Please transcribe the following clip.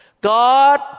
God